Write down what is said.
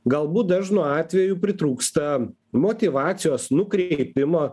galbūt dažnu atveju pritrūksta motyvacijos nukreipimo